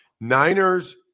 Niners